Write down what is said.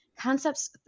Concepts